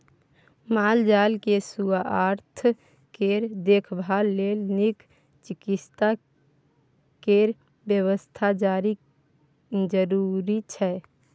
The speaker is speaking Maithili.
माल जाल केँ सुआस्थ केर देखभाल लेल नीक चिकित्सा केर बेबस्था जरुरी छै